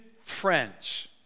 friends